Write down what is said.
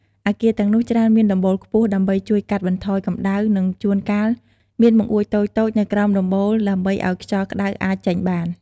អគារទាំងនោះច្រើនមានដំបូលខ្ពស់ ដើម្បីជួយកាត់បន្ថយកម្ដៅ និងជួនកាលមានបង្អួចតូចៗនៅក្រោមដំបូលដើម្បីឱ្យខ្យល់ក្តៅអាចចេញបាន។